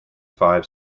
five